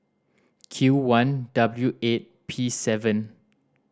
Q one W eight P seven